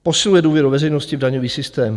Posiluje důvěru veřejnosti v daňový systém.